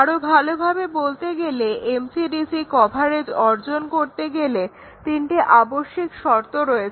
আরো ভালোভাবে বলতে গেলে MCDC কভারেজ অর্জন করতে গেলে তিনটে আবশ্যিক শর্ত রয়েছে